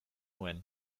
nuen